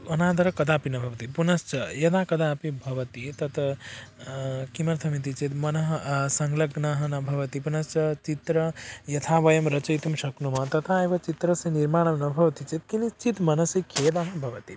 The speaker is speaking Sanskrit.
अनादरः कदापि न भवति पुनश्च यदा कदापि भवति तत् किमर्थम् इति चेत् मनः संल्लग्नः न भवति पुनश्च चित्रं यथा वयं रचयितुं शक्नुमः तथा एव चित्रस्य निर्माणं न भवति चेत् किञ्चित् मनसि खेदः भवति